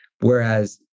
Whereas